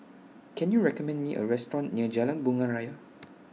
Can YOU recommend Me A Restaurant near Jalan Bunga Raya